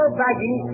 baggy